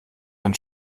ein